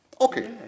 Okay